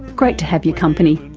great to have your company,